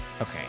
Okay